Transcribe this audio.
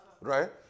Right